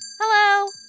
Hello